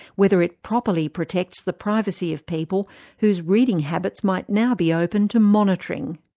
whether it properly protects the privacy of people whose reading habits might now be open to monitoring.